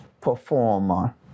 performer